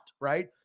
right